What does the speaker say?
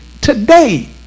today